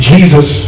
Jesus